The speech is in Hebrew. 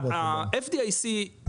ה-FDIC יכסו,